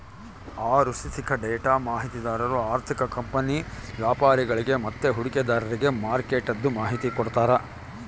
ಆಋಥಿಕ ಡೇಟಾ ಮಾಹಿತಿದಾರು ಆರ್ಥಿಕ ಕಂಪನಿ ವ್ಯಾಪರಿಗುಳ್ಗೆ ಮತ್ತೆ ಹೂಡಿಕೆದಾರ್ರಿಗೆ ಮಾರ್ಕೆಟ್ದು ಮಾಹಿತಿ ಕೊಡ್ತಾರ